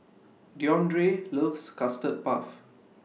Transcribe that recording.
Deondre loves Custard Puff